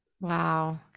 Wow